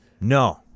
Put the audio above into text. No